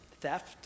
Theft